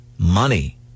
Money